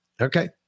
Okay